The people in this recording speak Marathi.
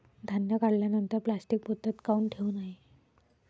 धान्य काढल्यानंतर प्लॅस्टीक पोत्यात काऊन ठेवू नये?